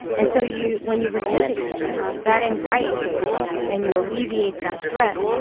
and so you when you reduce that anxiety and you alleviate that threat,